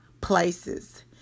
places